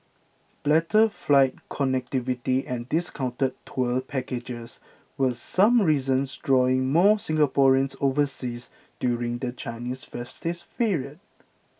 better flight connectivity and discounted tour packages were some reasons drawing more Singaporeans overseas during the Chinese festive period